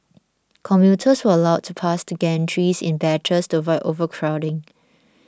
commuters were allowed past the gantries in batches to avoid overcrowding